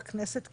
בכנסת,